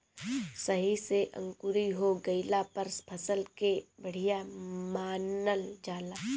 सही से अंकुरी हो गइला पर फसल के बढ़िया मानल जाला